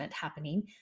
happening